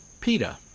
Peta